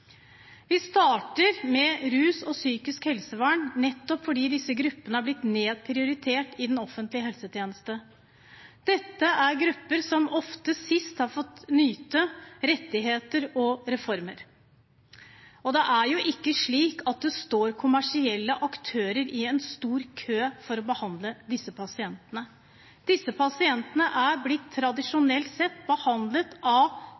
Vi starter med rus og psykisk helsevern, nettopp fordi disse gruppene har blitt nedprioritert i den offentlige helsetjeneste. Dette er grupper som ofte sist har fått nyte rettigheter og reformer, og det er ikke slik at det står kommersielle aktører i en stor kø for å behandle disse pasientene. Disse pasientene er tradisjonelt sett blitt behandlet av